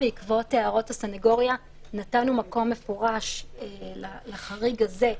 בעקבות הערות הסנגוריה נתנו מקום מפורש לחריג הזה.